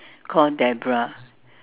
called Deborah